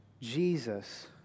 Jesus